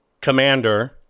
commander